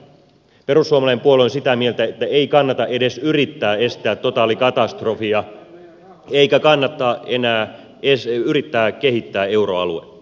perussuomalainen puolue on sitä mieltä että ei kannata edes yrittää estää totaalikatastrofia eikä kannata enää edes yrittää kehittää euroaluetta